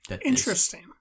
Interesting